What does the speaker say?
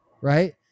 right